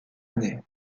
année